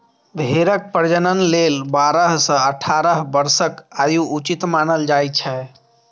भेड़क प्रजनन लेल बारह सं अठारह वर्षक आयु उचित मानल जाइ छै